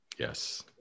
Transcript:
yes